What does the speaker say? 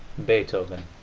beethoven